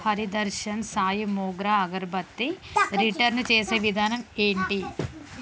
Hari Darshan Sai Mogra agarbatti return చేసే విధానం ఏంటి